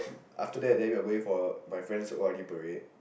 after that then we're going for my friends o_r_d parade